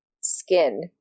skin